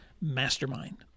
Mastermind